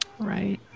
right